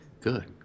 Good